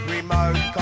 Remote